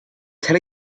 tell